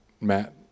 Matt